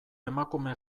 emakume